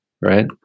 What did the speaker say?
right